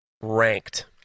ranked